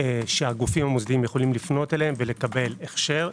שהגופים המוסדיים יכול לפנות אליהם ולקבל הכשר,